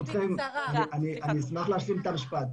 ברשותכם, אני אשמח להשלים את המשפט.